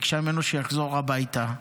ביקשה ממנו שיחזור הביתה.